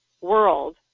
world